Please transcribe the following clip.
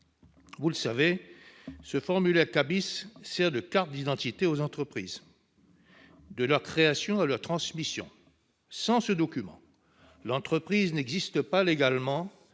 Vous le savez, ce formulaire K Bis sert de carte d'identité aux entreprises de leur création à leur transmission. Sans ce document, l'entreprise n'existe pas légalement